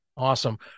Awesome